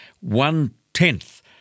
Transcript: one-tenth